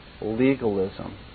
legalism